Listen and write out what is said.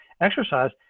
exercise